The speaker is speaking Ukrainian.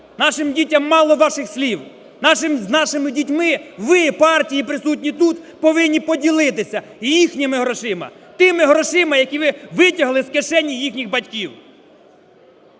Нашим дітям мало ваших слів, з нашими дітьми ви, партії, присутні тут, повинні поділитися і їхніми грошима, тими грошима, які ви витягли з кишені їхніх батьків.